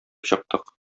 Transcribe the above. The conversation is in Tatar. чыктык